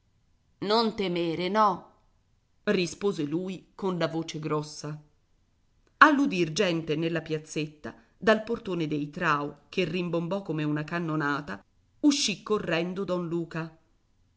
non temere no rispose lui con la voce grossa all'udir gente nella piazzetta dal portone dei trao che rimbombò come una cannonata uscì correndo don luca